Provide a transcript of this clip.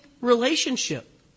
relationship